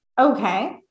Okay